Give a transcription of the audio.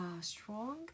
strong